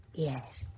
yes.